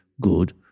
good